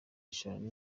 eshanu